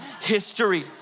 history